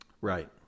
Right